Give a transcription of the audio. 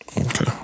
Okay